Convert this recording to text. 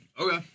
Okay